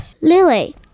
Lily